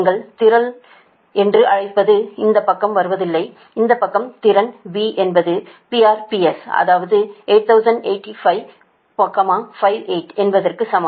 நீங்கள் திறன் என்று அழைப்பது இந்த பக்கம் வருவதில்லை இந்த பக்க திறன் என்பது PRPS அதாவது 808558 என்பதற்கு சமம்